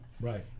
Right